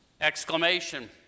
exclamation